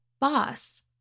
boss